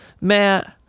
Matt